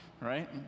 right